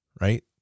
Right